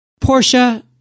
Portia